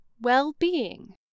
well-being